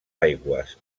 aigües